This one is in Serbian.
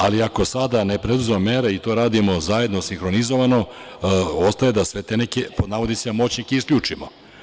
Ako sada ne preduzmemo mere i to radimo zajedno sinhronizovano, ostaje da sve te neke, pod navodnicima, moćnike isključimo.